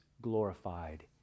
glorified